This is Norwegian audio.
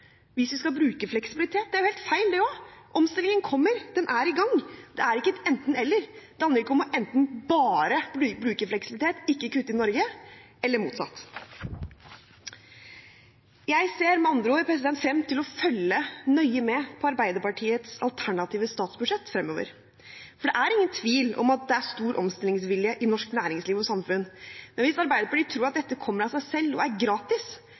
hvis vi skal bruke fleksibilitet. Det er helt feil, det også. Omstillingen kommer, den er i gang, det er ikke et enten – eller. Det handler ikke om enten bare å bruke fleksibilitet og ikke kutte i Norge, eller motsatt. Jeg ser med andre ord frem til å følge nøye med på Arbeiderpartiets alternative statsbudsjett fremover, for det er ingen tvil om at det er stor omstillingsvilje i norsk næringsliv og samfunn. Hvis Arbeiderpartiet tror at dette kommer av seg selv og er gratis,